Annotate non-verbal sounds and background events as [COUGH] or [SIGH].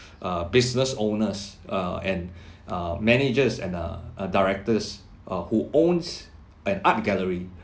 [BREATH] uh business owners err and [BREATH] err managers and err uh directors uh who owns an art gallery